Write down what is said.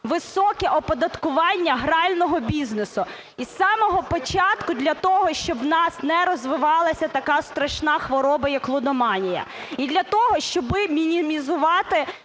високе оподаткування грального бізнесу із самого початку для того, щоб в нас не розвивалася така страшна хвороба, як лудоманія, і для того, щоби мінімізувати